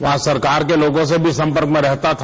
वहां सरकार के लोगों से भी सम्पर्क में रहता था